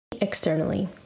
externally